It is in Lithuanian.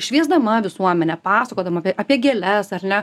šviesdama visuomenę pasakodama apie apie gėles ar ne